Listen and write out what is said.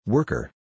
Worker